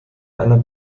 einer